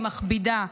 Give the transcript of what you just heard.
היא מכבידה,